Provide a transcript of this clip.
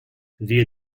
via